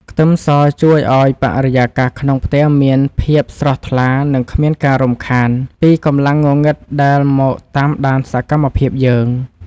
ខ្ទឹមសជួយឱ្យបរិយាកាសក្នុងផ្ទះមានភាពស្រស់ថ្លានិងគ្មានការរំខានពីកម្លាំងងងឹតដែលមកតាមដានសកម្មភាពយើង។